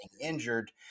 injured